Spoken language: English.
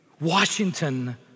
Washington